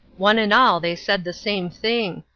one and all they said the same thing.